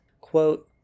Quote